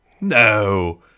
no